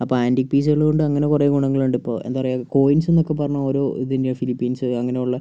അപ്പോൾ ആൻറ്റീക് പീസുകള് കൊണ്ട് അങ്ങനെ കുറെ ഗുണങ്ങളുണ്ട് ഇപ്പോൾ എന്താ പറയുക കോയിൻസ്ന്നൊക്കെ പറഞ്ഞ് ഓരോ ഇതുതന്നെയാണ് ഫിലിപ്പീൻസ് അങ്ങനുള്ള